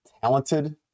talented